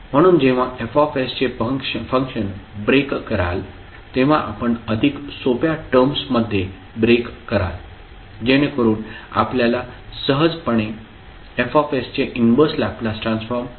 म्हणून जेव्हा F चे फंक्शन ब्रेक कराल तेव्हा आपण अधिक सोप्या टर्म्स मध्ये ब्रेक कराल जेणेकरुन आपल्याला सहजपणे F चे इनव्हर्स लॅपलास ट्रान्सफॉर्म सापडेल